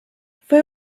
fue